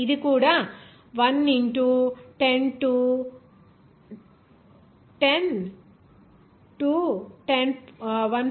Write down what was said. ఇది కూడా 1 into 10 to 1